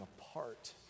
apart